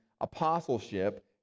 apostleship